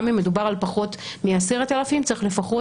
גם אם מדובר על פחות מ-10,000 צריך לפחות